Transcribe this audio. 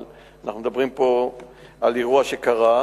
אבל אנחנו מדברים פה על אירוע שקרה,